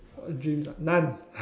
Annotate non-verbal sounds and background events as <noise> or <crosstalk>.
what dreams ah none <noise>